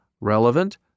relevant